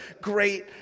great